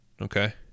Okay